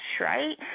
right